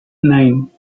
nine